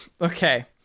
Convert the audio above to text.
Okay